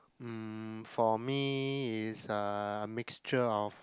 mm for me is a mixture of